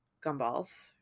gumballs